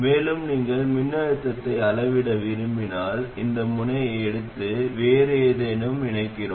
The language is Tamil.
மேலும் ID I1 ஐ விட அதிகமாக இருந்தால் அது மூல மின்னழுத்தத்தை அதிகரிக்கிறது அதன் மூலம் IDயின் மதிப்பைக் குறைக்கிறது